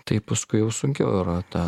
tai paskui jau sunkiau yra tą